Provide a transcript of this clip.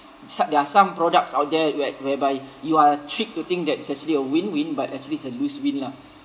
so~ there are some products out there where~ whereby you are tricked to think that it's actually a win-win but actually it's a lose-win lah